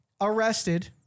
arrested